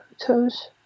photos